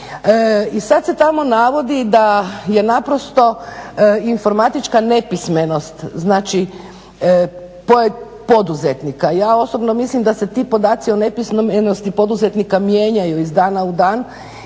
i sad se tamo navodi da je naprosto informatička nepismenost, znači poduzetnika. Ja osobno mislim da se ti podaci o nepismenosti poduzetnika mijenjaju iz dana u dan